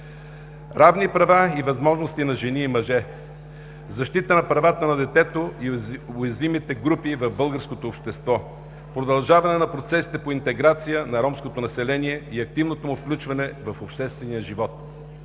равни права и възможности на жени и мъже, защита на правата на детето и уязвимите групи в българското общество, продължаване на процесите по интеграция на ромското население и активното му включване в обществения живот.